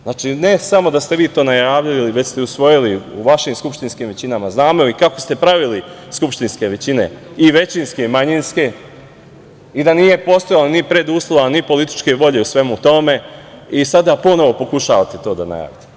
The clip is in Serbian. Znači, ne samo da ste vi to najavili, ili već ste i usvojili u vašim skupštinskim većinama, znamo i kako ste pravili skupštinske većine i većinske i manjinske i da nije postojalo ni preduslova, ni političke volje u svemu tome i sada ponovo pokušavate to da najavite.